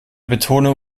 betonung